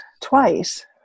twice